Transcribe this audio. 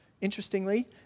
Interestingly